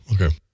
Okay